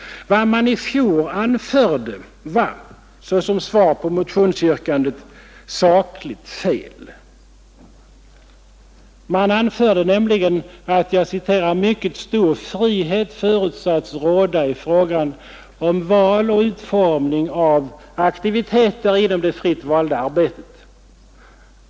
Vad man då anförde som svar på motionsyrkandet var nämligen sakligt fel. Man anförde att ”mycket stor frihet förutsatts råda i fråga om val och utformning av aktiviteter inom det fritt valda arbetet.